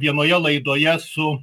vienoje laidoje su